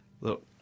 Look